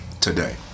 today